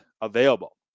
available